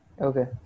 Okay